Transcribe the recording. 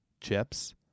chips